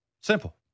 Simple